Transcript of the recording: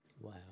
Wow